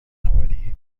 حوالی